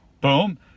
boom